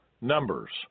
Numbers